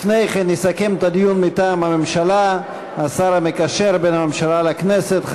לפני כן יסכם את הדיון מטעם הממשלה השר המקשר בין הממשלה לכנסת,